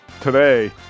today